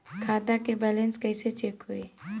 खता के बैलेंस कइसे चेक होई?